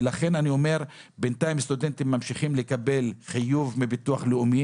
ולכן אני אומר שבינתיים סטודנטים ממשיכים לקבל חיוב מביטוח לאומי.